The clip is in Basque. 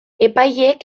epaileek